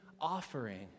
offering